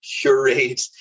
curate